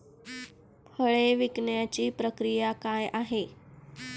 फळे पिकण्याची प्रक्रिया काय आहे?